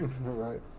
Right